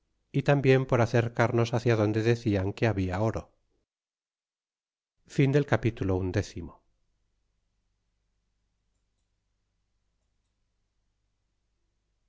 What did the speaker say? y cambien por acercarnos hácia donde decían que habla oro capitulo